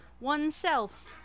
oneself